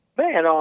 man